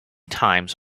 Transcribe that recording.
times